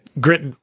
grit